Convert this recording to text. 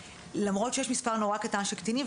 למרות שיש מספר קטן מאוד של קטינים,